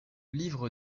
livre